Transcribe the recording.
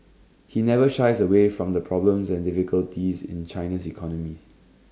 he never shies away from the problems and difficulties in China's economy